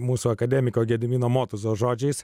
mūsų akademiko gedimino motuzos žodžiais